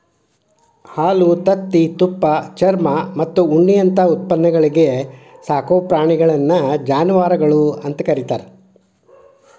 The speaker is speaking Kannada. ಹಾಲು, ತತ್ತಿ, ತುಪ್ಪ, ಚರ್ಮಮತ್ತ ಉಣ್ಣಿಯಂತ ಉತ್ಪನ್ನಗಳಿಗೆ ಸಾಕೋ ಪ್ರಾಣಿಗಳನ್ನ ಜಾನವಾರಗಳು ಅಂತ ಕರೇತಾರ